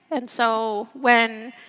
and so when